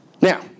Now